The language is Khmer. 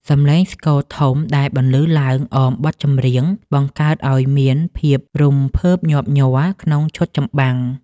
សំឡេងស្គរធំដែលបន្លឺឡើងអមបទចម្រៀង បង្កើតឱ្យមានភាពរំភើបញាប់ញ័រក្នុងឈុតចម្បាំង។